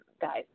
guys